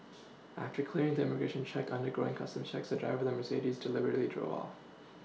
after clearing the immigration check undergoing Customs checks the driver of the Mercedes deliberately drove off